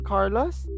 Carlos